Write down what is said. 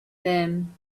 them